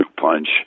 punch